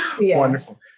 Wonderful